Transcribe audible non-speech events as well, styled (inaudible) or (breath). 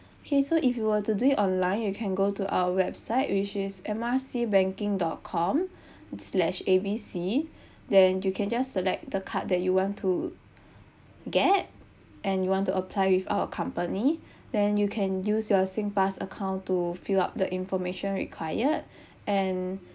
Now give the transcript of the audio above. okay so if you will to do it online you can go to our website which is M R C banking dot com (breath) slash A B C (breath) then you can just select the card that you want to get and you want to apply with our company (breath) then you can use your sing pass account to fill up the information required (breath) and